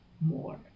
more